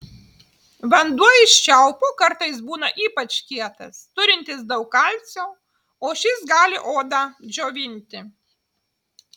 vanduo iš čiaupo kartais būna ypač kietas turintis daug kalcio o šis gali odą džiovinti